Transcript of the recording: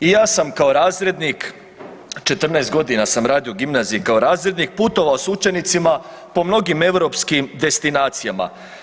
I ja sam kao razrednik 14 godina sam radio u gimnaziji kao razrednik, putovao s učenicima po mnogih europskim destinacijama.